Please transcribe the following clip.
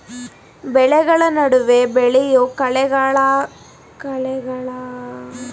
ಬೆಳೆಗಳ ನಡುವೆ ಬೆಳೆಯೋ ಕಳೆಗಳಾಗಯ್ತೆ ಈ ಕಳೆಗಳು ಬೆಳೆಯ ಬೆಳವಣಿಗೆನ ಕುಗ್ಗಿಸ್ತವೆ